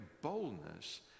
boldness